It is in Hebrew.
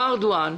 בא ארדואן,